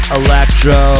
electro